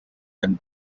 and